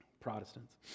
Protestants